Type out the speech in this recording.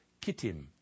Kittim